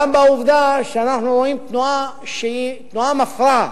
גם בעובדה שאנחנו רואים תנועה שהיא תנועה מפרה.